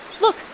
Look